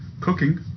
cooking